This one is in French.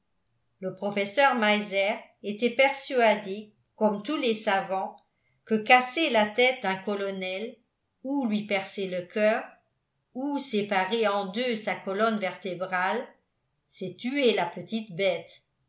le professeur meiser était persuadé comme tous les savants que casser la tête d'un colonel ou lui percer le coeur ou séparer en deux sa colonne vertébrale c'est tuer la petite bête